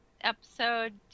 episode